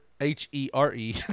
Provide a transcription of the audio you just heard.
H-E-R-E